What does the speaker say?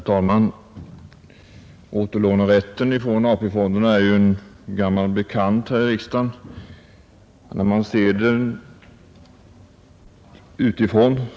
Herr talman! Återlånerätten från AP-fonderna är en gammal bekant här i riksdagen.